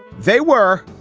they were.